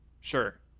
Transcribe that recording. sure